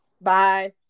bye